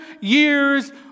year's